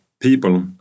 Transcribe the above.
people